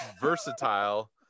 versatile